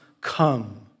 come